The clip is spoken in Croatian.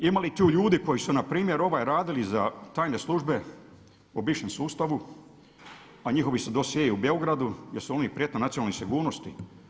Ima li tu ljudi koji su npr. radili za tajne službe o bivšem sustavu, a njihovi su dosjei u Beogradu jer su oni prijetnja nacionalnoj sigurnosti.